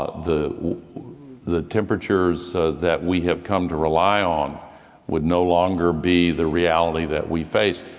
ah the the temperatures that we have come to rely on would no longer be the reality that we face,